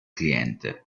cliente